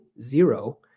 zero